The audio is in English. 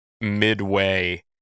midway